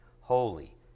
holy